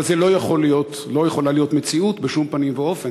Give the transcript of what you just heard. אבל זו לא יכולה להיות המציאות בשום פנים ואופן.